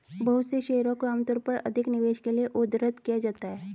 बहुत से शेयरों को आमतौर पर अधिक निवेश के लिये उद्धृत किया जाता है